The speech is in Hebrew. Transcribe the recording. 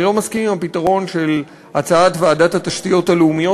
אני לא מסכים עם הפתרון של הצעת הוועדה לתשתיות לאומיות,